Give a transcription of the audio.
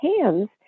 hands